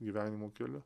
gyvenimo keliu